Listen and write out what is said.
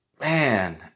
man